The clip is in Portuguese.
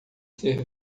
ser